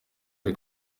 ari